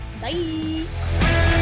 Bye